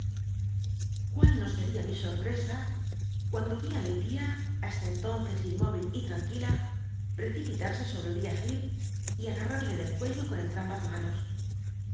il no seria mi sorpresa cuando yí i mi tia basta entonces in móvil y tranquila preci p tarsc sobre uriah llecp y ngarral'lc el cuello con entrambas manos